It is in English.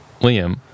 liam